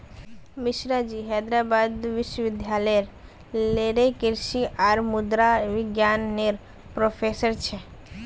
मिश्राजी हैदराबाद विश्वविद्यालय लेरे कृषि और मुद्रा विज्ञान नेर प्रोफ़ेसर छे